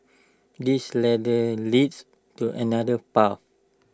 this ladder leads to another path